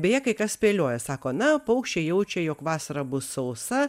beje kai kas spėlioja sako na paukščiai jaučia jog vasara bus sausa